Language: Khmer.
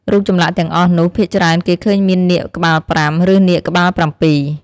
រូបចម្លាក់ទាំងអស់នោះ ភាគច្រើនគេឃើញមាននាគក្បាលប្រាំ ឬនាគក្បាលប្រាំពីរ។